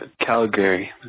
Calgary